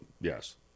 yes